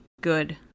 good